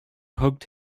hugged